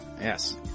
Yes